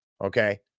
okay